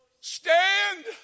Stand